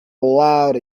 loud